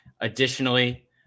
Additionally